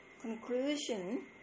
Conclusion